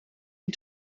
een